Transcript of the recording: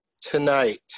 tonight